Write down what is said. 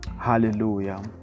Hallelujah